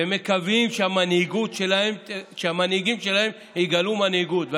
והם מקווים שהמנהיגים שלהם יגלו מנהיגות.